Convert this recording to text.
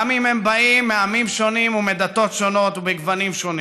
גם אם הם באים מעמים שונים ומדתות שונות ובגוונים שונים.